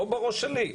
לא בראש שלי.